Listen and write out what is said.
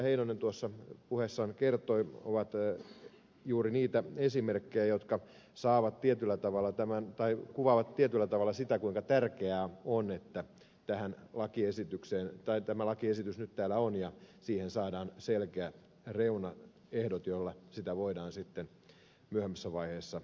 heinonen tuossa puheessaan kertoi ovat juuri niitä esimerkkejä jotka saavat tietyllä tavalla tämän tai kuvaavat tietyllä tavalla sitä kuinka tärkeää on että tämä lakiesitys nyt täällä on ja siihen saadaan selkeät reunaehdot joilla sitä voidaan sitten myöhemmässä vaiheessa toteuttaa